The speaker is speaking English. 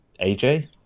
aj